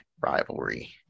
rivalry